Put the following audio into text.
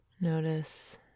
Notice